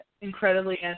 incredibly